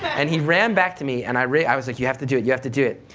and he ran back to me, and i raised, i was like you have to do it, you have to do it.